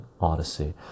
odyssey